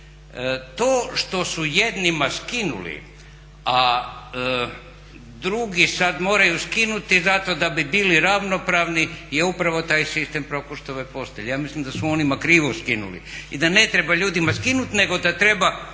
To što su jednima skinuli, a drugi sad moraju skinuti zato da bi bili ravnopravni je upravo taj sistem …/Govornik se ne razumije./… Ja mislim da su onima krivo skinuli i da ne treba ljudima skinut, nego da treba